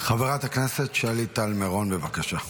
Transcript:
חברת הכנסת שלי טל מרון, בבקשה.